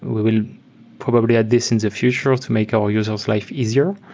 will probably add this in the future to make our users life easier.